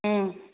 ꯎꯝ